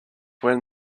when